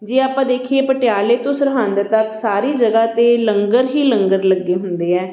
ਜੇ ਆਪਾਂ ਦੇਖੀਏ ਪਟਿਆਲੇ ਤੋਂ ਸਰਹੰਦ ਤੱਕ ਸਾਰੀ ਜਗ੍ਹਾ 'ਤੇ ਲੰਗਰ ਹੀ ਲੰਗਰ ਲੱਗੇ ਹੁੰਦੇ ਹੈ